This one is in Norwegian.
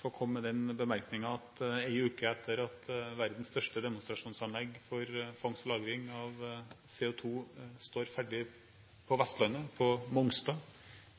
få komme med en bemerkning: En uke etter at verdens største demonstrasjonsanlegg for fangst og lagring av CO2 sto ferdig på Vestlandet, på Mongstad,